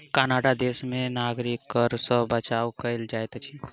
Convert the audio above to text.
Canada देश में नागरिक कर सॅ बचाव कय लैत अछि